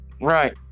Right